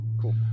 Cool